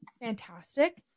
fantastic